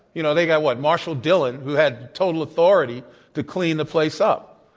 you know, they got what? marshall dillon who had total authority to clean the place up.